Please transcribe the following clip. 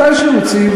מתי שרוצים,